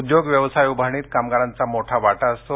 उद्योग व्यवसाय उभारणीत कामगारांचा मोठा वाटा असतो